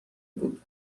بود